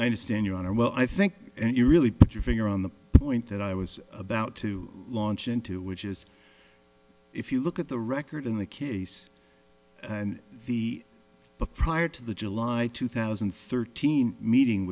i understand your honor well i think you really put your finger on the point that i was about to launch into which is if you look at the record in the case and the but prior to the july two thousand and thirteen meeting